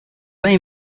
main